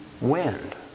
wind